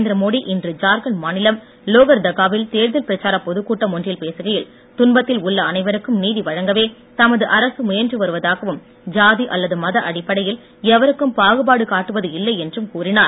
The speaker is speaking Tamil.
நரேந்திரமோடி இன்று ஜார்கண்ட் மாநிலம் லோகர்தக்காவில் தேர்தல் பிரச்சார பொதுக்கூட்டம் ஒன்றில் பேசுகையில் துன்பத்தில் உள்ள அனைவருக்கும் நீதி வழங்கவே தமது அரசு முயன்றுவருவதாகவும் ஜாதி அல்லது மத அடிப்படையில் எவருக்கும் பாகுபாடு காட்டுவது இல்லை என்றும் கூறினார்